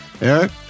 Eric